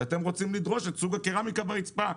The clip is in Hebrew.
כשאתם רוצים לדרוש את סוג הקרמיקה בריצפה.